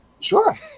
sure